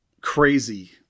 crazy